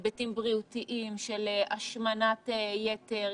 היבטים בריאותיים של השמנת יתר,